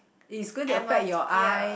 it's going to affect your eye